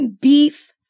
Beef